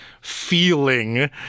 feeling